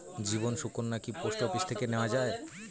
জীবন সুকন্যা কি post office থেকে নেওয়া যায়?